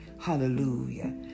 hallelujah